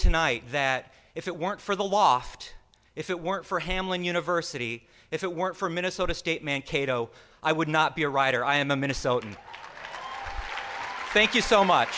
tonight that if it weren't for the loft if it weren't for hamelin university if it weren't for minnesota state man cato i would not be a writer i am a minnesotan thank you so much